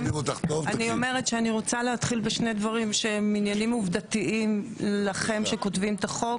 אני רוצה להתחיל בשני דברים שהם עניינים עובדתיים לכם שכותבים את החוק,